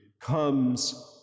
comes